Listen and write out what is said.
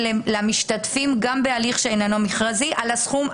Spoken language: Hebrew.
למשתתפים גם בהליך שאיננו מכרזי על הסכום,